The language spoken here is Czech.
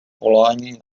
volání